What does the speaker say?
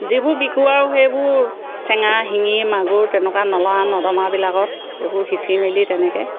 যিবোৰ বিকো আৰু সেইবোৰ চেঙা শিঙি মাগুৰ তেনেকুৱা নলা নদমাবিলাকত এইবোৰ সিঁচি মেলি তেনেকে